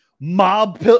mob